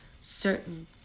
certain